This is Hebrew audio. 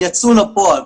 יצאו לפועל.